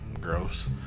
Gross